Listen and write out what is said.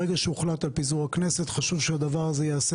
ברגע שהוחלט על פיזור הכנסת חשוב שהדבר הזה ייעשה